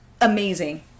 Amazing